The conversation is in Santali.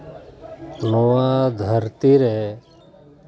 ᱱᱚᱣᱟ ᱫᱷᱟᱹᱨᱛᱤ ᱨᱮ